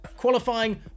Qualifying